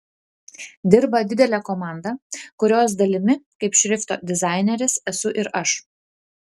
dirba didelė komanda kurios dalimi kaip šrifto dizaineris esu ir aš